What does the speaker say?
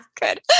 Good